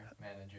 manager